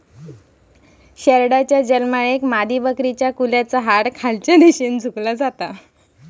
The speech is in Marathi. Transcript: शेरडाच्या जन्मायेळेक मादीबकरीच्या कुल्याचा हाड खालच्या दिशेन झुकला जाता